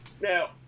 now